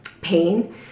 pain